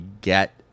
get